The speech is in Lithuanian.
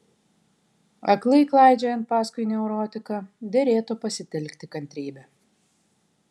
aklai klaidžiojant paskui neurotiką derėtų pasitelkti kantrybę